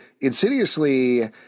insidiously